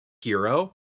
hero